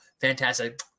Fantastic